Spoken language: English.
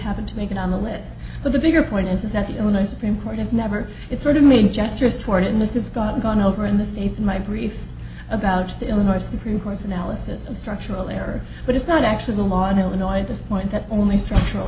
happen to make it on the list but the bigger point is is that the illinois supreme court has never it's sort of made gestures toward in this is gone and gone over in the states in my briefs about illinois supreme court's analysis and structural error but it's not actually the law in illinois at this point that only structural